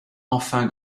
enfin